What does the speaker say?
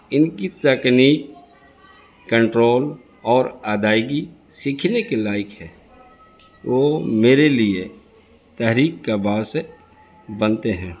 ان کی تکنیک کنٹرول اور ادائیگی سیکھنے کے لائق ہے وہ میرے لیے تحریک کا باعث بنتے ہیں